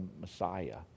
Messiah